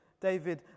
David